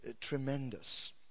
tremendous